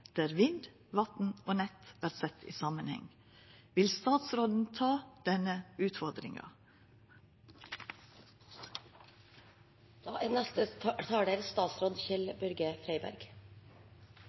der vind, vatn og nett vert sett i samanheng. Vil statsråden ta denne